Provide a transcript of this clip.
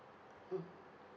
mm